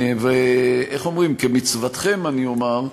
ואיך אומרים, כמצוותכם אני אומר,